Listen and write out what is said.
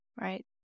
Right